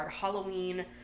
Halloween